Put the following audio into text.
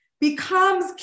becomes